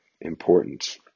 important